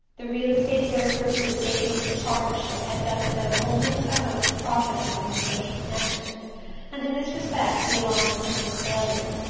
the real-estate brokers who had taken him into partnership had done so only with the hope of profiting by his social connections and in this respect the alliance had been a failure.